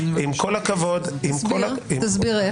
עם כל הכבוד --- תסביר איך.